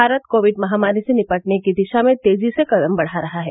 Bharat Covid महामारी से निपटने की दिशा में तेजी से कदम बढ़ा रहा है